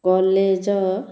college